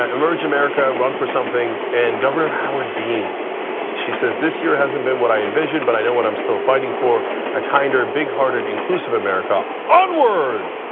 ah merge america, run for something, and governor howard dean she says this year hasn't been what i envisioned, but i know what i'm still fighting for a kinder, ah bighearted, inclusive america. onward.